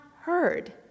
heard